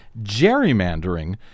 gerrymandering